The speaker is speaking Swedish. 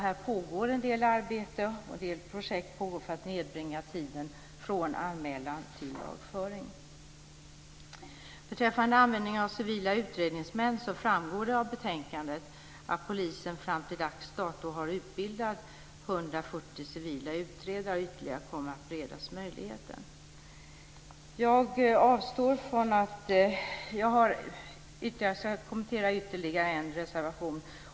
Det pågår en del arbeten och projekt för att nedbringa tiden från anmälan till lagföring. Beträffande användningen av civila utredningsmän framgår det av betänkandet att polisen fram till dags dato har utbildat 140 civila utredare, och ytterligare kommer att beredas möjligheten. Jag ska kommentera ytterligare en reservation.